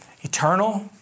eternal